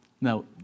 Now